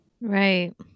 Right